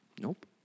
Nope